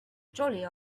jolly